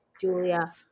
Julia